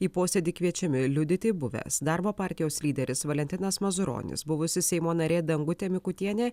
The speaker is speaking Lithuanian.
į posėdį kviečiami liudyti buvęs darbo partijos lyderis valentinas mazuronis buvusi seimo narė dangutė mikutienė